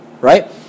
right